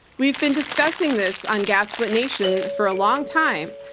we've been discussing this on gaslit nation for a long time.